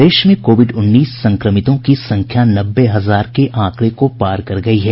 प्रदेश में कोविड उन्नीस संक्रमितों की संख्या नब्बे हजार के आंकड़े को पार कर गयी है